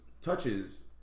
touches